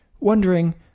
Wondering